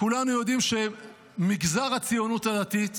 כולם יודעים שמגזר הציונות הדתית